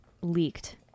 leaked